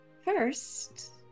first